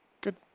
good